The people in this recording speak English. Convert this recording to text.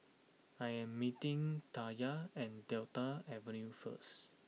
I am meeting Taya at Delta Avenue first